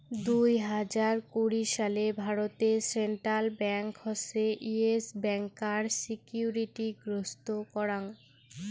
দুই হাজার কুড়ি সালে ভারতে সেন্ট্রাল ব্যাঙ্ক হসে ইয়েস ব্যাংকার সিকিউরিটি গ্রস্ত করাং